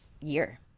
year